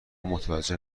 متوجه